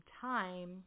time